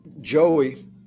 Joey